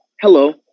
Hello